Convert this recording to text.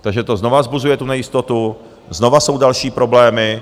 Takže to znova vzbuzuje tu nejistotu, znova jsou další problémy.